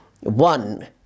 one